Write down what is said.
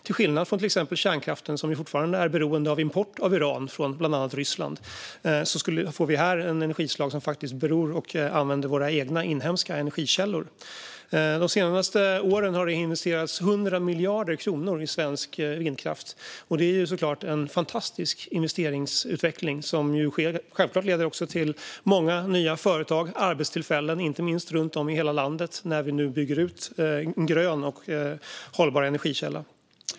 Till skillnad från till exempel kärnkraften, som fortfarande är beroende av import av uran från bland annat Ryssland, får vi här ett energislag som faktiskt är beroende av och använder våra egna inhemska energikällor. De senaste åren har det investerats 100 miljarder kronor i svensk vindkraft. Det är såklart en fantastisk investeringsutveckling som självklart också leder till många nya företag och arbetstillfällen runt om i hela landet när vi nu bygger ut en grön och hållbar energikälla.